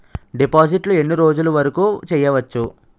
డిపాజిట్లు ఎన్ని రోజులు వరుకు చెయ్యవచ్చు?